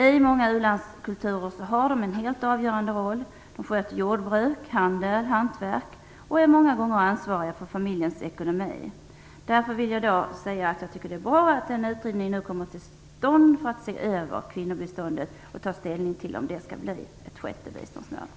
I många u-landskulturer har de en helt avgörande roll. De sköter jordbruk, handel, hantverk och är många gånger ansvariga för familjens ekonomi. Därför vill jag säga att jag tycker att det är bra att den utredningen nu kommer till stånd för att se över kvinnobiståndet och ta ställning till om det skall bli ett sjätte biståndsområde.